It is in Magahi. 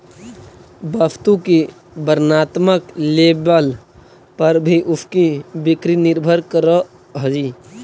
वस्तु की वर्णात्मक लेबल पर भी उसकी बिक्री निर्भर करअ हई